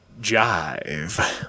jive